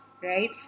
right